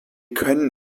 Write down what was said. können